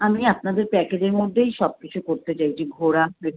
আমি আপনাদের প্যাকেজের মধ্যেই সব কিছু করতে চাইছি ঘোরা